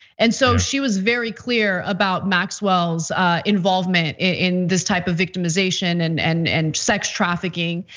and so she was very clear about maxwell's involvement in this type of victimization and and and sex trafficking.